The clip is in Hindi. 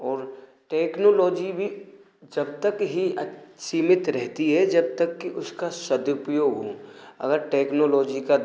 और टेक्नोलोजी भी जब तक ही सीमित रहती है जब तक कि उसका सदुपयोग हो अगर टेक्नोलोजी का